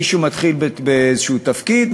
מישהו מתחיל באיזה תפקיד,